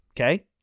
Okay